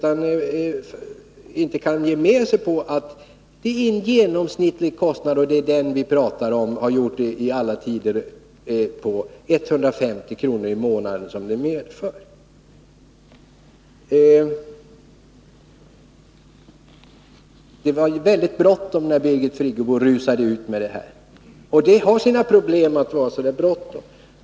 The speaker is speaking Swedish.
Hon vill inte erkänna att det är en genomsnittlig kostnad på 150 kr. i månaden som systemet medför. Det är den vi talar om, och det har vi gjort i alla tider. Det var väldigt bråttom när Birgit Friggebo rusade ut med det här förslaget, och det kan bli problem, när man har så där bråttom.